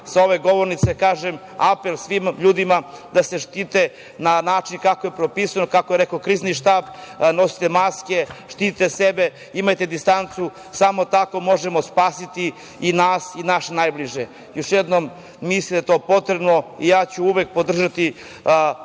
sa ove govornice kažem, apel svim ljudima da se zaštite na način kako je propisano, kako je rekao Krizni štab. Nosite maske, štitite sebe, imajte distancu, samo tako možemo spasiti i nas i naše najbliže. Još jednom, mislim da je to potrebno i ja ću uvek podržati